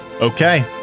Okay